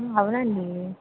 అవునండి